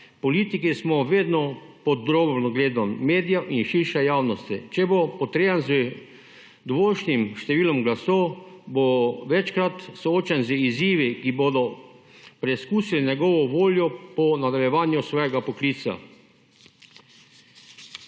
Politiki smo vedno pod drobnogledom medija in širše javnosti. Če bo potreba z dovoljšnim številom glasov bo večkrat soočen z izzivi, ki bodo preizkusili njegovo voljo po nagrajevanju svojega poklica.